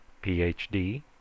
Ph.D